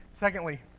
Secondly